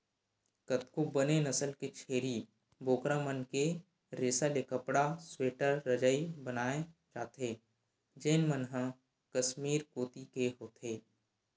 कतको बने नसल के छेरी बोकरा मन के रेसा ले कपड़ा, स्वेटर, रजई बनाए जाथे जेन मन ह कस्मीर कोती के होथे